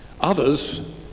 Others